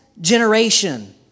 generation